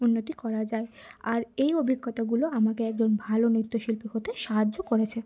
উন্নতি করা যায় আর এই অভিজ্ঞতাগুলো আমাকে একজন ভালো নৃত্যশিল্পী হতে সাহায্য করেছে